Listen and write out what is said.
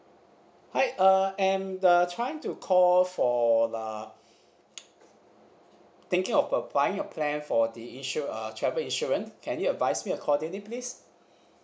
hi uh and the trying to call for the thinking of applying your plan for the insu~ uh travel insurance can you advise me accordingly please